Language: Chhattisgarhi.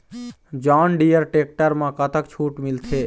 जॉन डिअर टेक्टर म कतक छूट मिलथे?